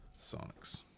Sonics